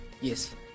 Yes